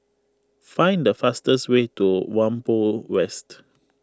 find the fastest way to Whampoa West